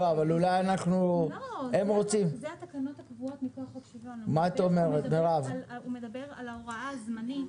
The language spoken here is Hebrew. הוא מדבר על ההוראה הזמנית.